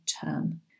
term